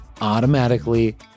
automatically